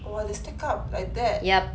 !wah! they stack up like that